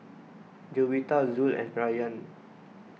Juwita Zul and Rayyan